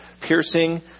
piercing